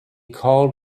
called